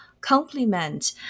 complement